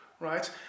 right